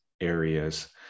areas